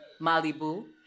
Malibu